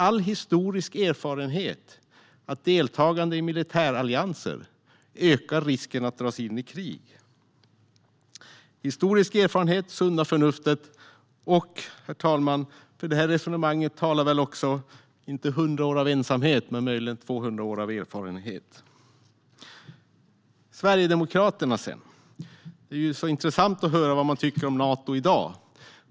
All historisk erfarenhet vet att deltagande i militärallianser ökar risken att dras in i krig. Historisk erfarenhet, det sunda förnuftet, och, herr talman, för det här resonemanget talar väl också inte hundra år av ensamhet men möjligen två hundra år av erfarenhet. Sverigedemokraterna, sedan - det är intressant att höra vad de tycker om Nato i dag.